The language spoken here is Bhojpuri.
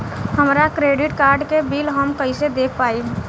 हमरा क्रेडिट कार्ड के बिल हम कइसे देख पाएम?